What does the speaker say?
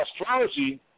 Astrology